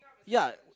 ya